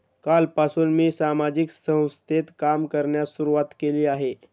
कालपासून मी सामाजिक संस्थेत काम करण्यास सुरुवात केली आहे